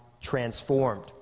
transformed